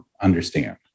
understand